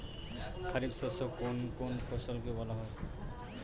খারিফ শস্য কোন কোন ফসলকে বলা হয়?